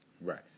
Right